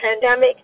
pandemic